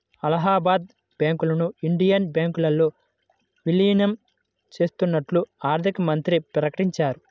అలహాబాద్ బ్యాంకును ఇండియన్ బ్యాంకులో విలీనం చేత్తన్నట్లు ఆర్థికమంత్రి ప్రకటించారు